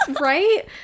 Right